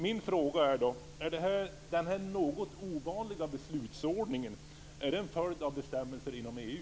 Min fråga är: Är den här något ovanliga beslutsordningen en följd av bestämmelser inom EU?